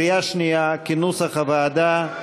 כנוסח הוועדה,